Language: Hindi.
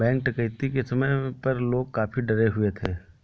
बैंक डकैती के समय पर लोग काफी डरे हुए थे